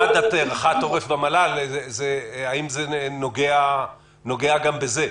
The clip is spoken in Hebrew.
רח"ט עורף במל"ל האם זה נוגע גם בזה?